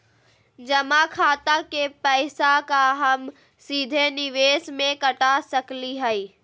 जमा खाता के पैसा का हम सीधे निवेस में कटा सकली हई?